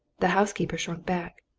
the housekeeper shrunk back.